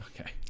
Okay